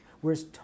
Whereas